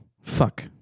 Fuck